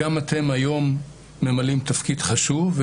גם אתם היום ממלאים תפקיד חשוב,